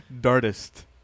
Dartist